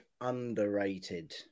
underrated